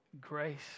grace